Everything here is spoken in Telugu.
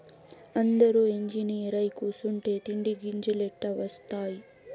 అందురూ ఇంజనీరై కూసుంటే తిండి గింజలెట్టా ఒస్తాయి